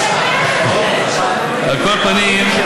על כל פנים,